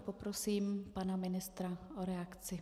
Poprosím pana ministra o reakci.